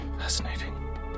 Fascinating